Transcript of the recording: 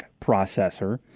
processor